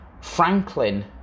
Franklin